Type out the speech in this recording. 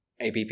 APP